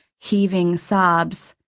heaving sobs,